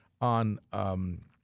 on